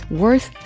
worth